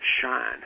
shine